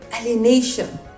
alienation